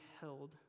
held